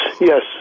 yes